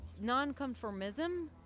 non-conformism